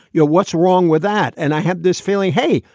you know what's wrong with that? and i had this feeling, hey,